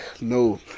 No